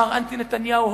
מר אנטי נתניהו הורס.